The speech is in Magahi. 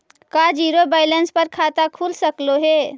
का जिरो बैलेंस पर खाता खुल सकले हे?